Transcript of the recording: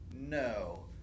No